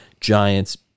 Giants